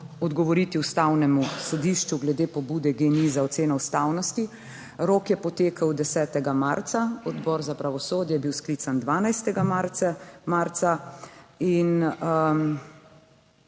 odgovoriti Ustavnemu sodišču glede pobude GEN-I za oceno ustavnosti. Rok je potekel 10. marca, Odbor za pravosodje je bil sklican 12. marca in